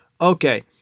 Okay